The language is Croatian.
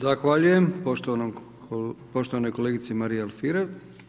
Zahvaljujem poštovanoj kolegici Mariji Alfirev.